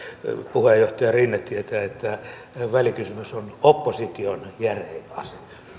puheenjohtaja rinne tietää että välikysymys on opposition järein ase